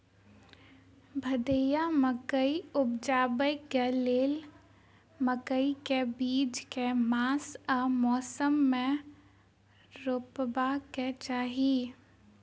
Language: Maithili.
भदैया मकई उपजेबाक लेल मकई केँ बीज केँ मास आ मौसम मे रोपबाक चाहि?